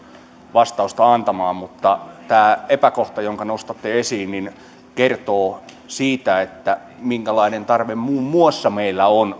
vastausta antamaan mutta tämä epäkohta jonka nostatte esiin kertoo siitä minkälainen tarve muun muassa on